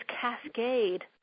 cascade